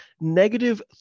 negative